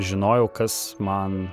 žinojau kas man